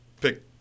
pick